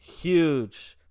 huge